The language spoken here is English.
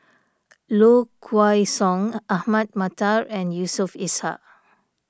Low Kway Song Ahmad Mattar and Yusof Ishak